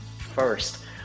First